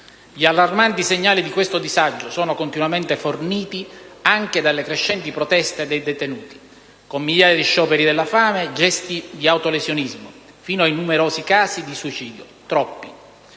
Gli allarmanti segnali di questo disagio sono continuamente forniti anche dalle crescenti proteste dei detenuti, con migliaia di scioperi della fame e gesti di autolesionismo, fino ai numerosi casi di suicidio: troppi.